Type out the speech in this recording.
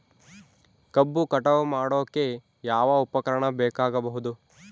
ಕಬ್ಬು ಕಟಾವು ಮಾಡೋಕೆ ಯಾವ ಉಪಕರಣ ಬೇಕಾಗಬಹುದು?